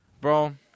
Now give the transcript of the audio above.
Bro